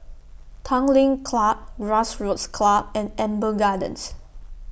Tanglin Club Grassroots Club and Amber Gardens